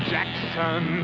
Jackson